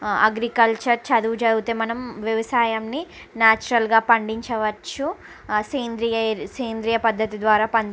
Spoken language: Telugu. అగ్రికల్చర్ చదువు చదివితే మనం వ్యవసాయంని న్యాచురల్గా పండించవచ్చు సేంద్రియ సేంద్రియ పద్ధతి ద్వారా